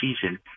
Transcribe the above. season